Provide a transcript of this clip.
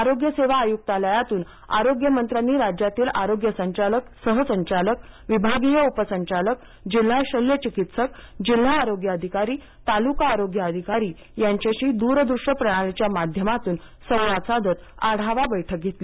आरोग्य सेवा आयुक्तालयातून आरोग्यमंत्र्यांनी राज्यातील आरोग्य संचालक सहसंचालक विभागीय उपसंचालक जिल्हा शल्यचिकित्सक जिल्हा आरोग्य अधिकारी तालुका आरोग्य अधिकारी यांच्याशी द्रदृष्य प्रणालीच्या माध्यमातून संवाद साधत आढावा बैठक घेतली